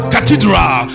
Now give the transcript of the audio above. Cathedral